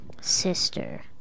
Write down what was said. sister